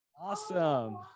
Awesome